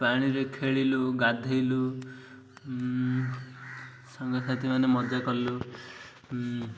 ପାଣିରେ ଖେଳିଲୁ ଗାଧେଇଲୁ ସାଙ୍ଗସାଥିମାନେ ମଜା କଲୁ